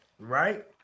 Right